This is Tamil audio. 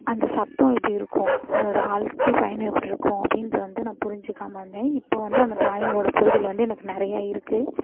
அந்த சத்தம் எப்படி இருக்கும் அதோடய வாழ்க்கை பயணம் எப்படி இருக்கும் அப்படின்ட்டு வந்து நான் புரிஞ்சுக்காம இருந்தேன் இப்போ வந்து அந்த ட்ராயிங்கோடய புரிதல் வந்து எனக்கு நிறையா இருக்குது